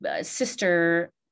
sister